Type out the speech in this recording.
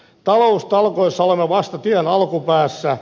taloustalkoissa olemme vasta tien alkupäässä